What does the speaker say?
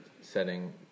setting